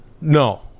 No